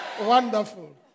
Wonderful